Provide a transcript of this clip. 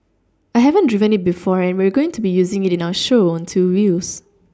I haven't driven it before and we're going to be using it in our show on two wheels